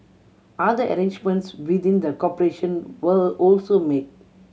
other arrangements within the corporation were also made